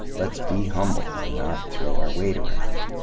let's be humble and not throw our weight around.